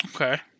Okay